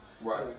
Right